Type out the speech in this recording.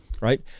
right